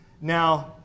Now